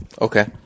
Okay